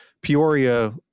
Peoria